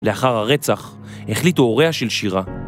לאחר הרצח החליטו הוריה של שירה